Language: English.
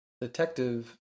detective